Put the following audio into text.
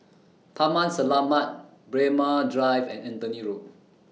Taman Selamat Braemar Drive and Anthony Road